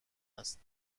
است